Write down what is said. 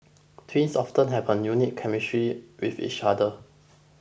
twins often have a unique chemistry with each other